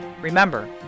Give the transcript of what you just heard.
Remember